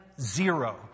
zero